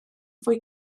fwy